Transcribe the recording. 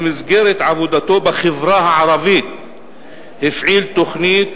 במסגרת עבודתו בחברה הערבית הוא הפעיל תוכנית